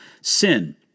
sin